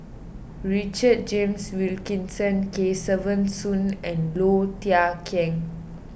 Richard James Wilkinson Kesavan Soon and Low Thia Khiang